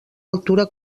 altura